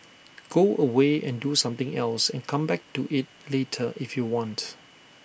go away and do something else and come back to IT later if you want